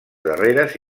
darreres